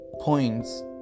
points